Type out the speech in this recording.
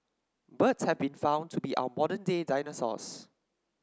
birds have been found to be our modern day dinosaurs